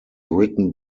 written